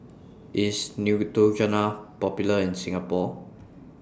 IS Neutrogena Popular in Singapore